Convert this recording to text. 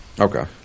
Okay